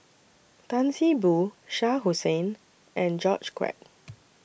Tan See Boo Shah Hussain and George Quek